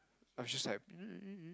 I was just like